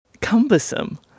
cumbersome